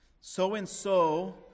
so-and-so